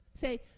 say